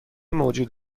موجود